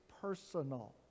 personal